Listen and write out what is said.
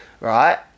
right